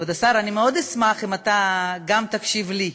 כבוד השר, אני מאוד אשמח אם אתה גם תקשיב לי,